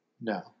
No